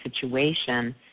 situation